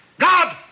God